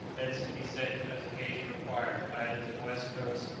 thence to be sent as occasion required either to the west coast,